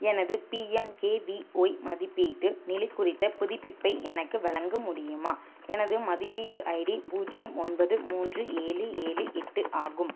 எனது பிஎம்கேவிஒய் மதிப்பீட்டு நிலை குறித்த புதுப்பிப்பை எனக்கு வழங்க முடியுமா எனது மதிப்பீட்டு ஐடி பூஜ்ஜியம் ஒன்பது மூன்று ஏழு ஏழு எட்டு ஆகும்